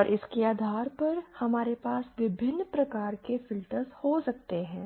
और इसके आधार पर हमारे पास विभिन्न प्रकार के फिल्टर्स हो सकते हैं